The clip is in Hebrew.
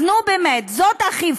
אז, נו, באמת, זאת אכיפה?